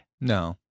no